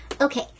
okay